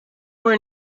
were